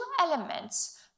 elements